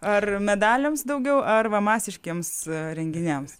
ar medaliams daugiau ar va masiškiems renginiams